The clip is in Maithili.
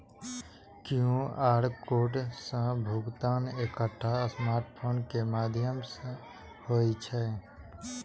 क्यू.आर कोड सं भुगतान एकटा स्मार्टफोन के माध्यम सं होइ छै